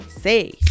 say